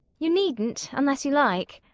you needn't unless you like.